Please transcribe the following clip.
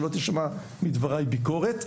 שלא תישמע מדבריי ביקורת,